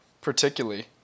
particularly